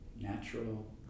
natural